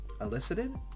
elicited